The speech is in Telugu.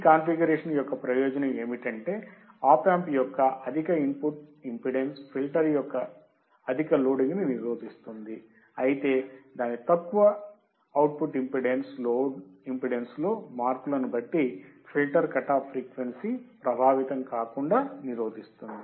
ఈ కాన్ఫిగరేషన్ యొక్క ప్రయోజనం ఏమిటంటే ఆప్ యాంప్ యొక్క అధిక ఇన్పుట్ ఇంపిడెన్స్ ఫిల్టర్ యొక్క అధిక లోడింగ్ ని నిరోధిస్తుంది అయితే దాని తక్కువ అవుట్పుట్ ఇంపిడెన్స్ లోడ్ ఇంపిడేన్స్ లో మార్పులను బట్టి ఫిల్టర్ కట్ ఆఫ్ ఫ్రీక్వెన్సీ ప్రభావితం కాకుండా నిరోధిస్తుంది